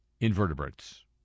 invertebrates